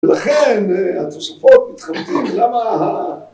‫ולכן התוספות מתחבטים. למה ה...